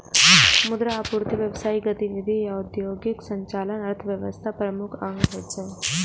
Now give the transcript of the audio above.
मुद्रा आपूर्ति, व्यावसायिक गतिविधि आ उद्योगक संचालन अर्थव्यवस्थाक प्रमुख अंग होइ छै